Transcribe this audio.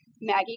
Maggie